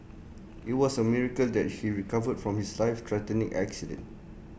IT was A miracle that she recovered from his life threatening accident